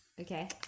Okay